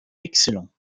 excellent